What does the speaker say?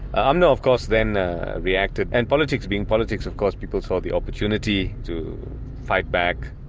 umno of course then reacted and politics being politics of course, people saw the opportunity to fight back.